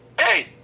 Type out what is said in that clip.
Hey